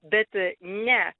bet ne